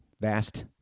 vast